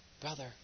brother